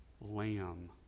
Lamb